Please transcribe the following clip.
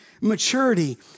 maturity